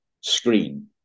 screen